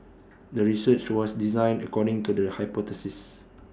the research was designed according to the hypothesis